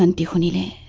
and definitely